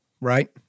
right